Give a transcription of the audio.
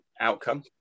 outcome